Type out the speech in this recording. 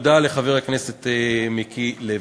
תודה לחבר הכנסת מיקי לוי.